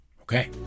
okay